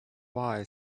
bye